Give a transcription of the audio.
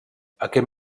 aquest